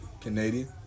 Canadian